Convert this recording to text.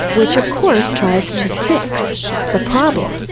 which of course tries to fix the problem.